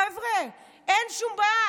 חבר'ה, אין שום בעיה.